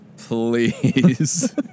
Please